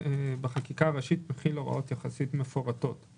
בחקיקה הראשית הזאת החילו הוראות מפורטות יחסית,